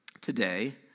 today